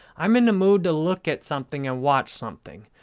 i'm in a mood to look at something and watch something.